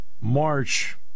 march